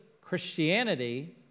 Christianity